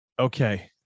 Okay